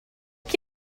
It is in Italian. chi